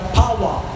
power